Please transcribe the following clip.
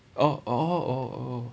orh orh orh oh oh